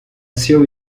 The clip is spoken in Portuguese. seu